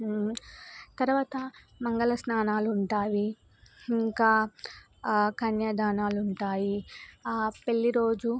తర్వాత మంగళ స్నానాలుంటాయి ఇంకా కన్యాదానాలుంటాయి పెళ్ళి రోజు